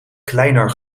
kleiner